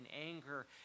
anger